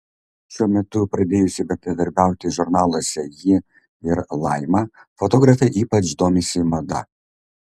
šiuo metu pradėjusi bendradarbiauti žurnaluose ji ir laima fotografė ypač domisi mada